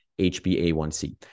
HbA1c